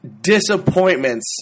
disappointments